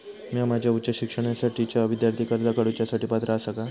म्या माझ्या उच्च शिक्षणासाठीच्या विद्यार्थी कर्जा काडुच्या साठी पात्र आसा का?